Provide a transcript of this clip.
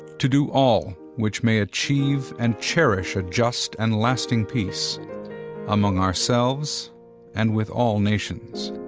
to do all which may achieve and cherish a just and lasting peace among ourselves and with all nations.